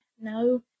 no